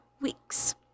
weeks